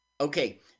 Okay